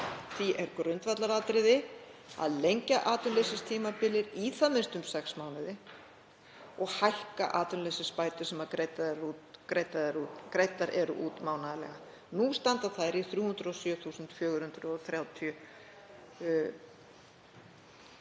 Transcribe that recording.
Því er grundvallaratriði að lengja atvinnuleysistímabilið í það minnsta um sex mánuði og hækka atvinnuleysisbætur sem greiddar eru út mánaðarlega. Nú standa þær í 307.430